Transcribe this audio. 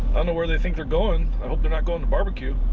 um where they think they're going, i hope they're not going to barbecue!